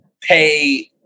pay